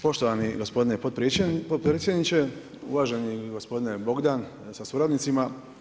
Poštovani gospodine potpredsjedniče, uvaženi gospodine Bogdan sa suradnicima.